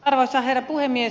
arvoisa herra puhemies